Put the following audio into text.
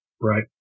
Right